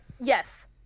yes